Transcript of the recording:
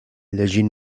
llegir